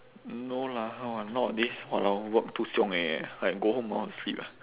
no lah no ah nowadays !walao! work too 凶 already eh like go home I want to sleep ah